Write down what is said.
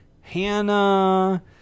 Hannah